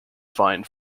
fine